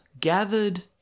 gathered